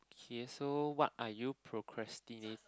okay so what are you procrastinate